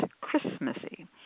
Christmassy